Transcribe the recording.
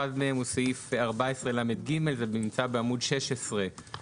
סעיף אחד כזה הוא סעיף 14לג בעמוד 16 בנוסח